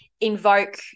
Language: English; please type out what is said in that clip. invoke